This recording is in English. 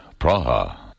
Praha